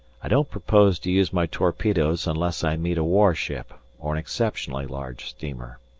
i don't propose to use my torpedoes unless i meet a warship or an exceptionally large steamer.